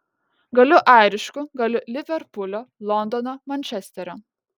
galiu airišku galiu liverpulio londono mančesterio